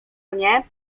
mnie